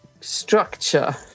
structure